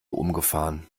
umgefahren